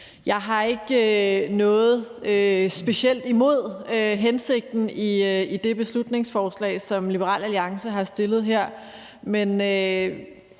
Jeg har ikke noget specielt imod hensigten i det beslutningsforslag, som Liberal Alliance har fremsat her.